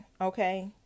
okay